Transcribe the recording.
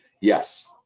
Yes